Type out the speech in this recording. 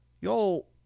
Y'all